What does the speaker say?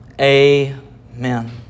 amen